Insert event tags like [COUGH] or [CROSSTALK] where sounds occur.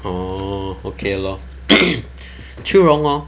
oh okay lor [NOISE] qiu rong hor